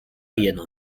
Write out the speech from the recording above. jeno